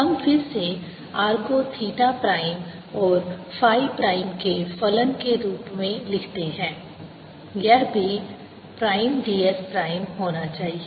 हम फिर से R को थीटा प्राइम और फ़ाई प्राइम के फलन के रूप में लिखते हैं यह भी प्राइम ds प्राइम होना चाहिए